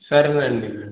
సరేనండి